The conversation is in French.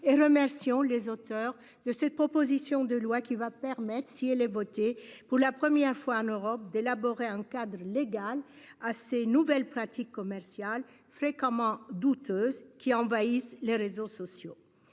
et remercions les auteurs de cette proposition de loi qui va permettre, si elle est votée pour la première fois en Europe d'élaborer un cadre légal à ces nouvelles pratiques commerciales fréquemment douteuses qui envahissent les réseaux sociaux.